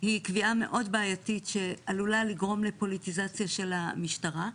היא קביעה מאוד בעייתית שעלולה לגרום לפוליטיזציה של המשטרה.